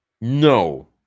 no